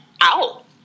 out